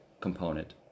component